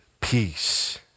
Peace